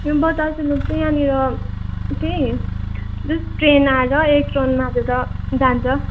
त्यो बतासे लुप चाहिँ यहाँनिर त्यही जस्ट ट्रेन आएर एक टर्न मारेर जान्छ